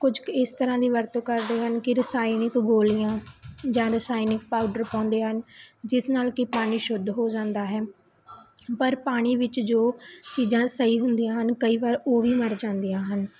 ਕੁਝ ਕੁ ਇਸ ਤਰ੍ਹਾਂ ਦੀ ਵਰਤੋਂ ਕਰਦੇ ਹਨ ਕਿ ਰਸਾਈਣਿਕ ਗੋਲੀਆਂ ਜਾਂ ਰਸਾਈਣਿਕ ਪਾਊਡਰ ਪਾਉਂਦੇ ਹਨ ਜਿਸ ਨਾਲ ਕਿ ਪਾਣੀ ਸ਼ੁੱਧ ਹੋ ਜਾਂਦਾ ਹੈ ਪਰ ਪਾਣੀ ਵਿੱਚ ਜੋ ਚੀਜ਼ਾਂ ਸਹੀ ਹੁੰਦੀਆਂ ਹਨ ਕਈ ਵਾਰ ਉਹ ਵੀ ਮਰ ਜਾਂਦੀਆਂ ਹਨ